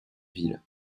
ville